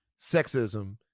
sexism